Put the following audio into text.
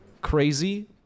Crazy